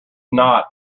not